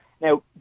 Now